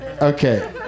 Okay